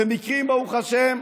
זה מקרים, ברוך השם,